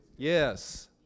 Yes